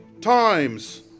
times